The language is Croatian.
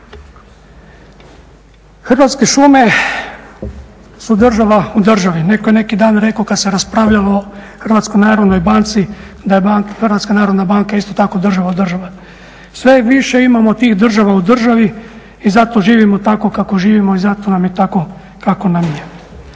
Hrvatske šume su država u državi. Neko je neki dan rekao kad se raspravljalo o Hrvatskoj narodnoj banici, da je Hrvatska narodna banka isto tako država u državi. Sve više imamo tih država u državi i zato živimo tako kako živimo, i zato nam je tako kako nam je.